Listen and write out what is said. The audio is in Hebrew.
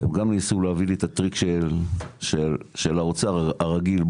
הם גם ניסו להביא לי את הטריק של האוצר הרגיל,